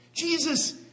Jesus